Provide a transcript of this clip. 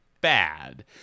bad